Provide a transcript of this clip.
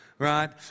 right